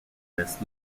miss